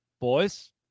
Boys